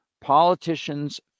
politicians